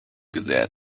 gesät